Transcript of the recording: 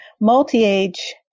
multi-age